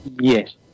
Yes